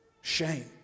shame